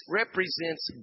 represents